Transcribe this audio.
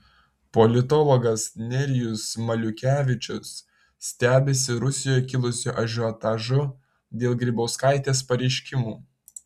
politologas nerijus maliukevičius stebisi rusijoje kilusiu ažiotažu dėl grybauskaitės pareiškimų